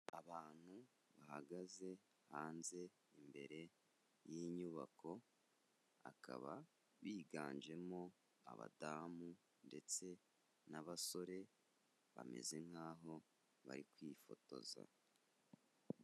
Abantu bahagaze hanze imbere y'inyubako, akaba biganjemo abadamu ndetse n'abasore bameze nk'aho bari kwifotoza.